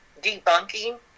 debunking